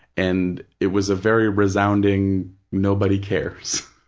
and it was a very resounding nobody cares.